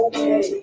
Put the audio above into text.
Okay